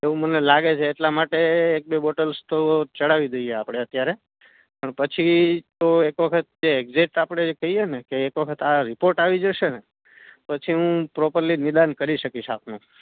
એવું મને લાગે છે એટલા માટે એક બે બોટલ્સ તો ચઢાવી દઈએ આપણે અત્યારે પણ પછી તો એક વખત જે એક્ઝેક્ટ આપણે જે કહીએ ને કે એક વખત આ રીપોર્ટ આવી જશે ને પછી હું પ્રોપરલી નિદાન કરી શકીશ આપનું